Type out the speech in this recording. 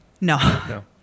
No